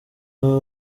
w’aba